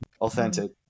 authentic